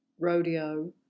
rodeo